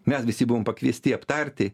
mes visi buvom pakviesti aptarti